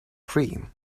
cream